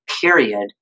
period